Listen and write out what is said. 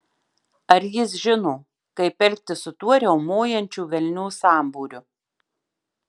ar jis žino kaip elgtis su tuo riaumojančių velnių sambūriu